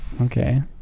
Okay